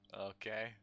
Okay